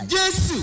Yes